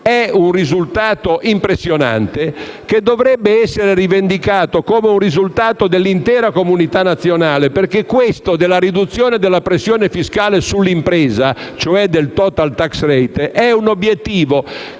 È un risultato impressionante che dovrebbe essere rivendicato come un risultato dell'intera comunità nazionale, perché la riduzione della pressione fiscale sull'impresa, cioè del *total tax rate*, è un obiettivo